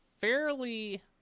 fairly